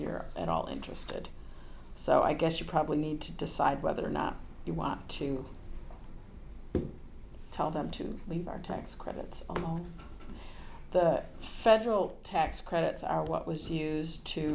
you're at all interested so i guess you probably need to decide whether or not you want to tell them to leave our tax credits on the federal tax credits are what was used to